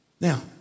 Now